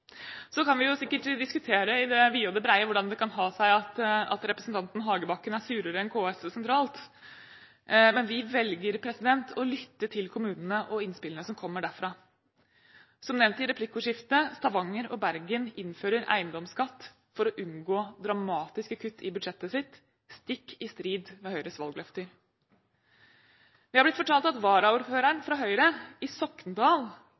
Så kan vi sikkert diskutere i det vide og det brede hvordan det kan ha seg at representanten Hagebakken er surere enn KS sentralt, men vi velger å lytte til kommunene og innspillene som kommer derfra. Som nevnt i replikkordskiftet: Stavanger og Bergen innfører en eiendomsskatt for å unngå dramatiske kutt i budsjettene sine, stikk i strid med Høyres valgløfter. Vi har blitt fortalt at varaordføreren fra Høyre i Sokndal